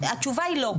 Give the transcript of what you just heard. התשובה היא לא.